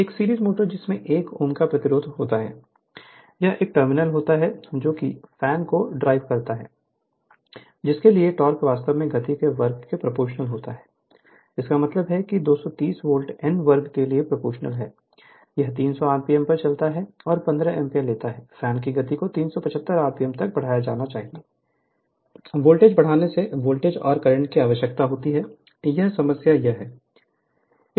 एक series motor जिसमें 1Ω का प्रतिरोध होता है यह एक टर्मिनल होता है जो कि फैन को ड्राइव करता है जिसके लिए टोक़ वास्तव में गति के वर्ग के प्रोपोर्शनल होता है इसका मतलब है कि T230 वोल्ट n वर्ग के लिए प्रोपोर्शनल है यह 300 आरपीएम पर चलता है और 15 एम्पीयर लेता है फैन की गति को 375 आरपीएम तक बढ़ाया जाना चाहिए वोल्टेज बढ़ाने से वोल्टेज और करंट की आवश्यकता होती है यह समस्या यह है